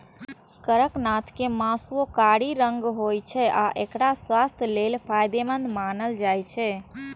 कड़कनाथ के मासुओ कारी रंगक होइ छै आ एकरा स्वास्थ्यक लेल फायदेमंद मानल जाइ छै